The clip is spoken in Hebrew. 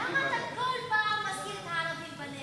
למה אתה כל הזמן מזכיר את הערבים בנגב?